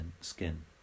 skin